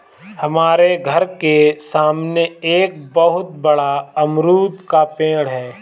हमारे घर के सामने एक बहुत बड़ा अमरूद का पेड़ है